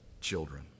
children